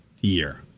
year